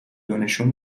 دونشون